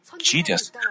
Jesus